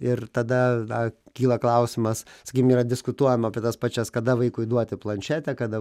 ir tada kyla klausimas sakykim yra diskutuojama apie tas pačias kada vaikui duoti planšetę kada